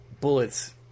bullets